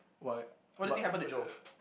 what but uh